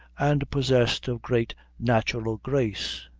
and possessed of great natural grace.